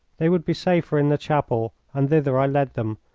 they would be safer in the chapel, and thither i led them,